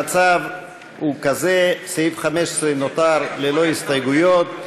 המצב הוא כזה: סעיף 15 נותר ללא הסתייגויות.